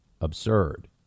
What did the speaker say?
Absurd